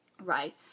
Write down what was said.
right